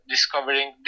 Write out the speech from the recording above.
discovering